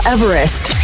Everest